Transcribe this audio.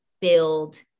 build